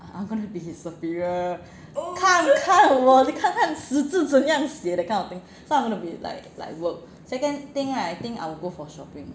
I'm going to be his superior 看看我看看死字怎样写 that kind of thing so I'm going to be like like work second thing right I think I will go for shopping